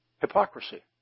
Hypocrisy